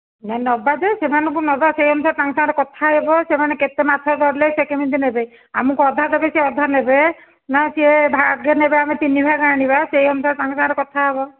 ନା ନେବା ଯେ ସେମାନଙ୍କୁ ନବା ସେଇ ଅନୁସାରେ ତାଙ୍କ ସାଙ୍ଗରେ କଥା ହେବ ସେମାନେ କେତେ ମାଛ ଧରିଲେ ସେ କେମିତି ନେବେ ଆମକୁ ଅଧା ଦେବେ ସେ ଅଧା ନେବେ ନା ସେ ଭାଗେ ନେବେ ଆମେ ତିନି ଭାଗେ ଆଣିବା ସେ ଅନୁସାରେ ତାଙ୍କ ସାଙ୍ଗରେ କଥା ହେବ